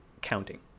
counting